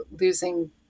losing